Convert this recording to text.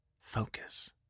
Focus